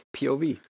POV